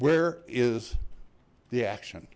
where is the action